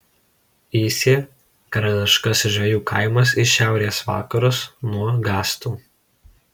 įsė karališkasis žvejų kaimas į šiaurės vakarus nuo gastų